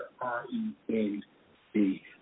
R-E-N-D